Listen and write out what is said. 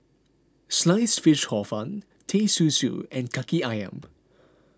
Sliced Fish Hor Fun Teh Susu and Kaki Ayam